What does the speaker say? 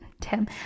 Tim